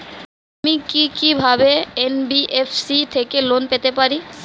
আমি কি কিভাবে এন.বি.এফ.সি থেকে লোন পেতে পারি?